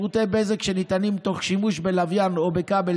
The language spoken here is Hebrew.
שירותי בזק שניתנים תוך שימוש בלוויין או בכבל